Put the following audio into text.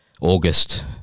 August